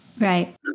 right